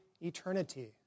eternity